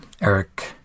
Eric